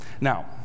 Now